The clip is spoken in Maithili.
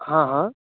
हँ हँ